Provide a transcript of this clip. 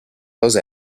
los